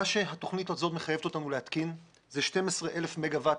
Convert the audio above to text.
מה שהתוכנית הזו מחייבת אותנו להתקין זה 12,000 מגה-ואט